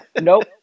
Nope